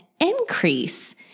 increase